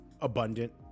abundant